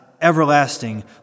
everlasting